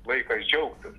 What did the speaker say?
laikas džiaugtis